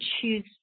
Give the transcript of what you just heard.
choose